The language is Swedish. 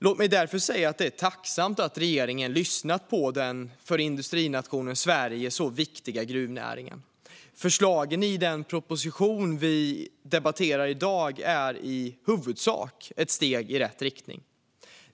Låt mig därför säga att det är tacksamt att regeringen lyssnat på den för industrinationen Sverige viktiga gruvnäringen. Förslagen i den proposition vi debatterar i dag är i huvudsak ett steg i rätt riktning.